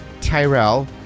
Tyrell